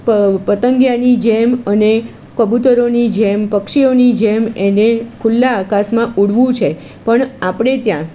પ પતંગિયાની જેમ અને કબુતરોની જેમ પક્ષીઓની જેમ એને ખુલ્લા આકાશમાં ઉડવું છે પણ આપણે ત્યાં